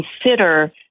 consider